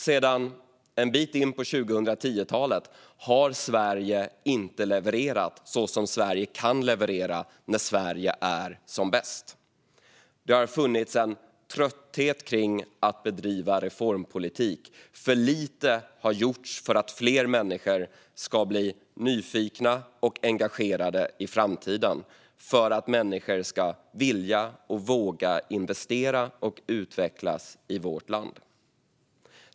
Sedan en bit in på 2010-talet har Sverige inte levererat så som Sverige kan leverera när Sverige är som bäst. Det har funnits en trötthet i att bedriva reformpolitik. För lite har gjorts för att fler människor ska bli nyfikna och engagerade i framtiden och för att människor ska vilja och våga investera och utvecklas i vårt land.